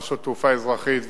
רשות תעופה אזרחית,